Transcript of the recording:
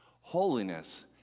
holiness